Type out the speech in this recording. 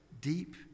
deep